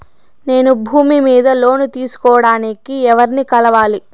నేను భూమి మీద లోను తీసుకోడానికి ఎవర్ని కలవాలి?